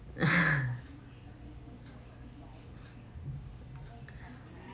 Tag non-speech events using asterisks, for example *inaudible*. *laughs*